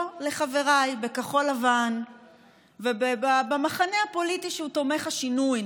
לחבריי בכחול לבן ובמחנה הפוליטי שהוא תומך שינוי,